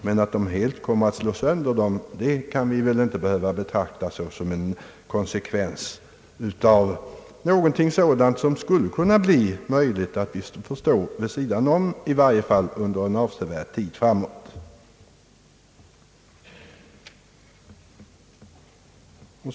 Det kan dock hända att vi får stå vid sidan om i varje fall under en avsevärd tid framåt, och vi behöver väl inte som en nödvändig konsekvens av detta anta att det kommer att slå sönder våra framtida utvecklingsmöjligheter.